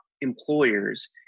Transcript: employers